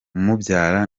umubyara